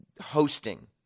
hosting